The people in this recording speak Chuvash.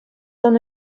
сӑн